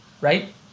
right